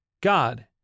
God